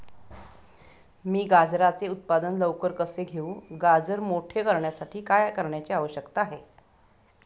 मी गाजराचे उत्पादन लवकर कसे घेऊ? गाजर मोठे करण्यासाठी काय करण्याची आवश्यकता आहे?